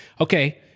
Okay